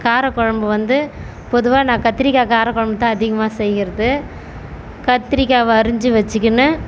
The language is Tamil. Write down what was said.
காரக்குழம்பு வந்து பொதுவாக நான் கத்திரிக்காய் காரக்குழம்பு தான் அதிகமாக செய்யுறது கத்திரிக்காயை அரிஞ்சு வச்சுக்கின்னு